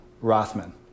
Rothman